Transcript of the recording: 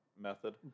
method